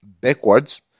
backwards